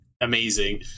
amazing